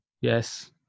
Yes